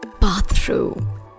Bathroom